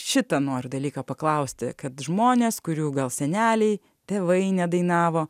šitą noriu dalyką paklausti kad žmonės kurių gal seneliai tėvai nedainavo